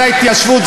זו ההתיישבות,